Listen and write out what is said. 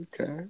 Okay